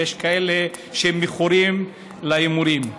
ויש כאלה שמכורים להימורים,